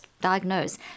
diagnose